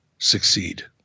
succeed